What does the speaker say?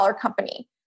company